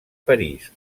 parís